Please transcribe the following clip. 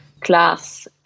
class